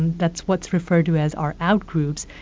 that's what's referred to as our out-groups.